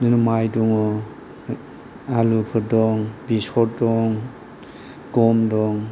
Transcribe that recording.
माइ दङ आलुफोर दं बेसर दं गम दं